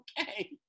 Okay